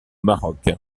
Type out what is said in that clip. maroc